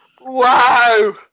Wow